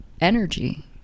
energy